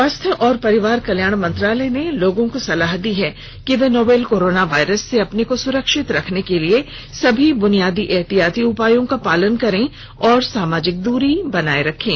स्वास्थ्य और परिवार कल्याण मंत्रालय ने लोगों को सलाह दी है कि वे नोवल कोरोना वायरस से अपने को सुरक्षित रखने के लिए सभी बुनियादी एहतियाती उपायों का पालन करें और सामाजिक दूरी बनाए रखें